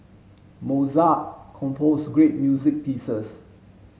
Mozart compose great music pieces